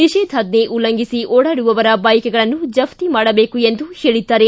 ನಿಷೇಧಾಜ್ನೆ ಉಲ್ಲಂಘಿಸಿ ಓಡಾಡುವರ ಬೈಕ್ಗಳನ್ನು ಜಫ್ತಿ ಮಾಡಬೇಕು ಎಂದು ಹೇಳಿದ್ದಾರೆ